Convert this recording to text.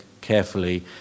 carefully